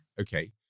Okay